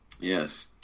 Yes